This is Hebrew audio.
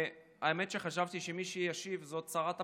והאמת היא שחשבתי שמי שישיב זה שרת הפנים,